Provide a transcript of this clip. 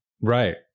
right